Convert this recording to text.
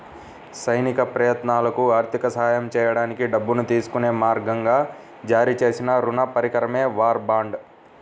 సైనిక ప్రయత్నాలకు ఆర్థిక సహాయం చేయడానికి డబ్బును తీసుకునే మార్గంగా జారీ చేసిన రుణ పరికరమే వార్ బాండ్